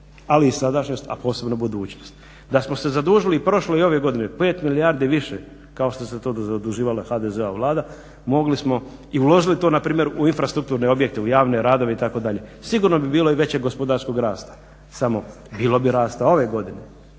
ali i sadašnjost, a posebno budućnost. Da smo se zadužili i prošle i ove godine 5 milijardi više kao što se to zaduživala HDZ-ova Vlada mogli smo i uložili to npr. u infrastrukturne objekte, u javne radove itd., sigurno bi bilo i većeg gospodarskog rasta, samo bilo bi rasta ove godine,